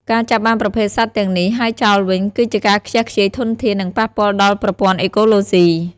ការចាប់បានប្រភេទសត្វទាំងនេះ ហើយបោះចោលវិញ គឺជាការខ្ជះខ្ជាយធនធាន និងប៉ះពាល់ដល់ប្រព័ន្ធអេកូឡូស៊ី។